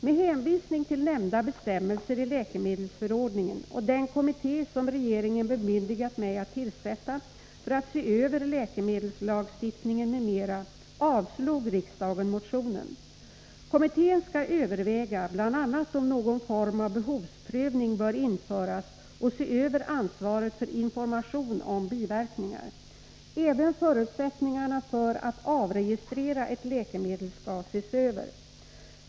Med hänvisning till nämnda bestämmelser i läkemedelsförordningen och den kommitté som regeringen bemyndigat mig att tillsätta för att se över läkemedelslagstiftningen m.m. avslog riksdagen motionen. Kommittén skall bl.a. överväga om någon form av behovsprövning bör införas och se över ansvaret för information om biverkningar. Även förutsättningarna för att avregistrera ett läkemedel skall ses över.